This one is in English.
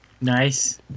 nice